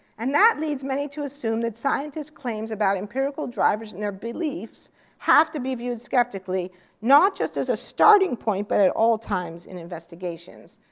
and that leads many to assume that scientists' claims about empirical drivers and their beliefs have to be viewed skeptically not just as a starting point, but at all times in investigations.